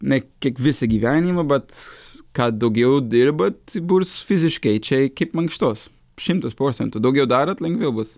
ne kiek visą gyvenimą vat ką daugiau dirbat burs fiziškai čia ir kaip mankštos šimtas procentų daugiau darot lengviau bus